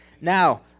Now